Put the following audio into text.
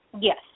Yes